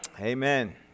Amen